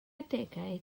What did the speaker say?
adegau